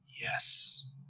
yes